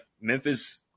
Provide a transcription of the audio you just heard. Memphis